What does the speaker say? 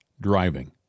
driving